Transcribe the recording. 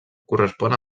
correspon